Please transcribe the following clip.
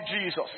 Jesus